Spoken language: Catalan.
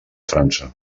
frança